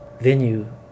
venue